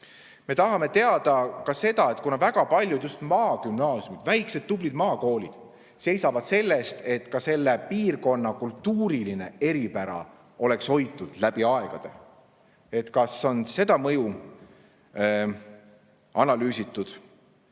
Me tahame teada ka seda, et kuna just väga paljud maagümnaasiumid, väiksed tublid maakoolid, seisavad selle eest, et ka piirkonna kultuuriline eripära oleks läbi aegade hoitud, siis kas on seda mõju analüüsitud.